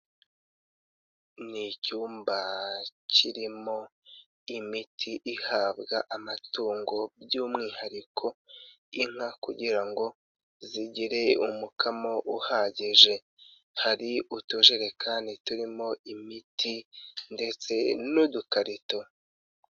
Ni icyumba kirimo imiti ihabwa amatungo by'umwihariko inka kugira ngo zigire umukamo uhagije, hari utujerekani turimo imiti ndetse n'udukarito.